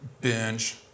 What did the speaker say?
binge